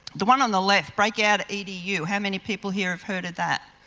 the one on the left breakout edu, how many people here have heard of that?